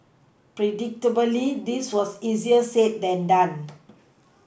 predictably this was easier said than done